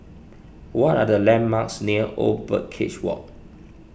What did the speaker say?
what are the landmarks near Old Birdcage Walk